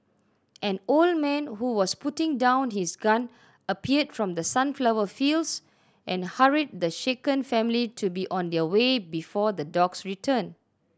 an old man who was putting down his gun appeared from the sunflower fields and hurried the shaken family to be on their way before the dogs return